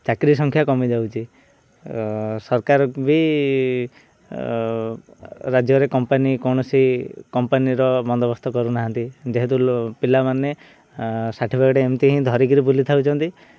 ଚାକିରୀ ସଂଖ୍ୟା କମିଯାଉଛି ସରକାର ବି ରାଜ୍ୟରେ କମ୍ପାନୀ କୌଣସି କମ୍ପାନୀର ବନ୍ଦୋବସ୍ତ କରୁନାହାନ୍ତି ଯେହେତୁ ପିଲାମାନେ ସାର୍ଟିଫିକେଟ ଏମିତି ହିଁ ଧରିକିରି ବୁଲିଥାଉଛନ୍ତି